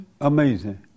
Amazing